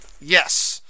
Yes